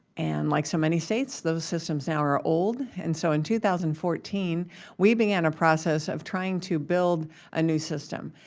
and like so many states those systems now are old, and so in two thousand and fourteen we began a process of trying to build a new system.